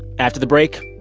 after the break,